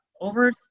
over